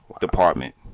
department